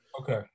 Okay